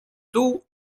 dół